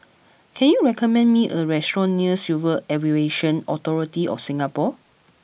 can you recommend me a restaurant near Civil Aviation Authority of Singapore